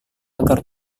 agar